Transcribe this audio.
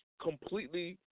completely